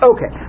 Okay